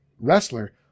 wrestler